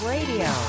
Radio